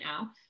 now